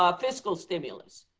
ah fiscal stimulus,